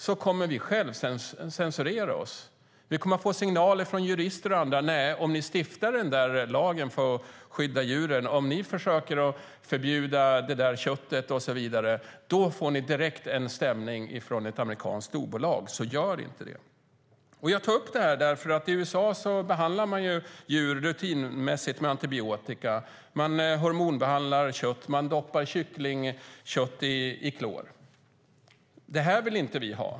Vi kommer att få signaler från jurister och andra om att vi omedelbart kommer att få en stämning från ett amerikanskt storbolag ifall vi stiftar den där lagen för att skydda djuren, försöker förbjuda det där köttet och så vidare, så det ska vi inte göra. Jag tar upp det här därför att man i USA rutinmässigt behandlar djur med antibiotika, hormonbehandlar kött och doppar kycklingkött i klor. Det vill vi inte ha.